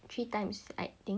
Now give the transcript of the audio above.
three times I think